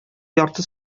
ярты